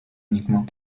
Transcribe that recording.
uniquement